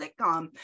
sitcom